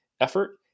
effort